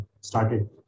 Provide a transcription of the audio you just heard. started